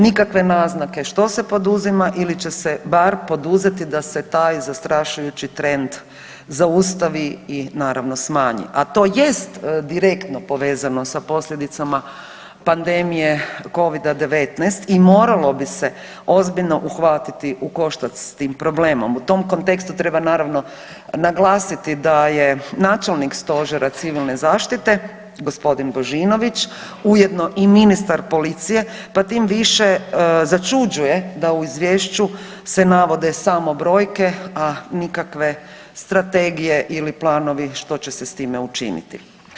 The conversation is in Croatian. Nikakve naznake što se poduzima ili će se bar poduzeti da se taj zastrašujući trend zaustavi i naravno, smanji, a to jest direktno povezano za posljedicama pandemije Covida-19 i moralo bi se ozbiljno uhvatiti ukoštac s tim problemom, u tom kontekstu treba naravno, naglasiti da je načelnik Stožera civilne zaštite g. Božinović ujedno i ministar policije, pa tim više začuđuje da u Izvješću se navode samo brojke, a nikakve strategije ili planovi što će se s time učiniti.